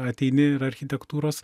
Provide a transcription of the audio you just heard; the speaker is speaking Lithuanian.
ateini ir architektūros